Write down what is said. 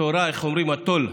התורה, איך אומרים, התו"ל,